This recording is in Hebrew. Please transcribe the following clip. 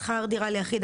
השכר דירה ליחיד,